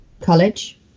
college